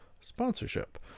sponsorship